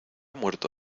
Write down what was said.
muerto